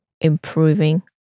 improving